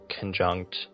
conjunct